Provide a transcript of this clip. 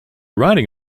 riding